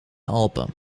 alpen